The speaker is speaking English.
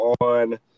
on